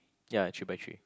ya three by three